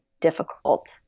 difficult